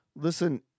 Listen